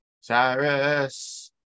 Cyrus